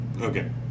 Okay